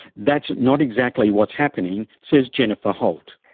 that's not exactly what's happening, says jennifer holt.